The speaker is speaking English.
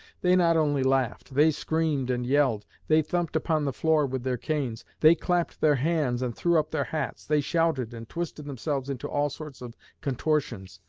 they not only laughed, they screamed and yelled they thumped upon the floor with their canes they clapped their hands and threw up their hats they shouted and twisted themselves into all sorts of contortions,